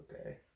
Okay